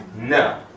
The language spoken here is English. No